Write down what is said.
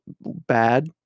bad